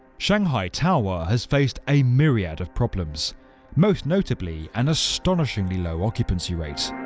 shanghai tower has faced a myriad of problems most notably an astonishingly low occupancy rate.